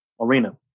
arena